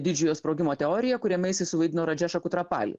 didžiojo sprogimo teorija kuriame jisai suvaidino radžešą kutrapalį